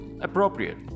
appropriate